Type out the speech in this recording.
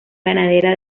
ganadera